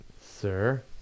sir